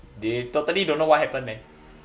they totally don't know what happened man